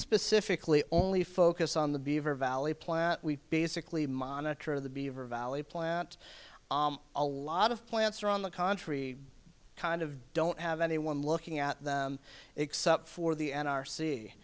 specifically only focus on the beaver valley plant we basically monitor the beaver valley plant a lot of plants are on the contrary kind of don't have anyone looking at them except for the n r c